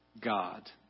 God